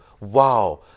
Wow